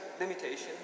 limitations